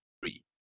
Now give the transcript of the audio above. three